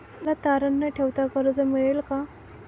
मला तारण न ठेवता कर्ज मिळेल का?